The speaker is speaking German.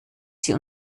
sie